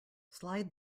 slide